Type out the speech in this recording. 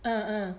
uh uh